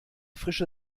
frische